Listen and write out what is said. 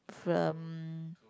film